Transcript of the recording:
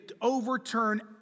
overturn